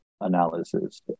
analysis